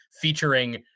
featuring